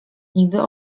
niby